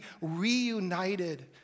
reunited